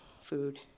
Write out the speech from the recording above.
food